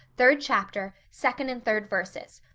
third chapter, second and third verses.